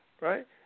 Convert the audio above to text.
right